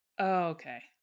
Okay